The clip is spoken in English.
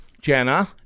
Jenna